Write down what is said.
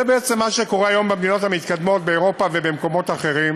זה בעצם מה שקורה היום במדינות המתקדמות באירופה ובמקומות אחרים,